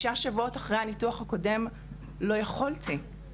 שבועות אחרי הניתוח הקודם לא יכולתי.